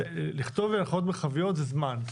לכתוב הנחיות מרחביות זה זמן.